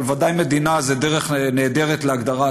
אבל בוודאי מדינה זו דרך נהדרת להגדרה עצמית,